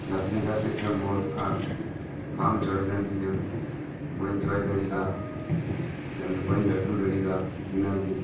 ᱜᱟᱛᱮ ᱜᱟᱛᱮ ᱛᱮ ᱢᱚᱱ ᱟᱨ ᱵᱟᱝ ᱡᱚᱭ ᱞᱮᱱ ᱛᱤᱧᱟᱹ ᱵᱟᱹᱧ ᱡᱚᱭ ᱫᱟᱲᱮᱭᱟᱫᱟ ᱥᱮ ᱵᱟᱹᱧ ᱞᱟᱹᱴᱩ ᱫᱟᱲᱮᱭᱟᱫᱟ ᱤᱱᱟᱹ ᱜᱮ